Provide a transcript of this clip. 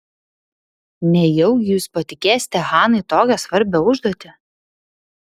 nejaugi jūs patikėsite hanai tokią svarbią užduotį